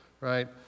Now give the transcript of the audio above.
right